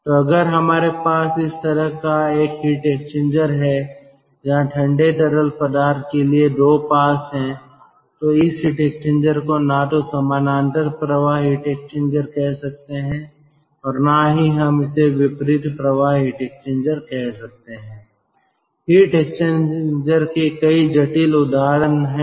तो अगर हमारे पास इस तरह का एक हीट एक्सचेंजर है जहां ठंडे तरल पदार्थ के लिए 2 पास है तो इस हीट एक्सचेंजर को न तो समानांतर प्रवाह हीट एक्सचेंजर कह सकते हैं और न ही हम इसे विपरीत प्रवाह हीट एक्सचेंजर कह सकते हैं हीट एक्सचेंजर के कई जटिल उदाहरण हैं